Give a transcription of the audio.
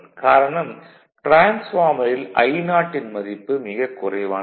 காரணம் டிரான்ஸ்பார்மரில் I0 ன் மதிப்பு மிக குறைவானது